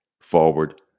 forward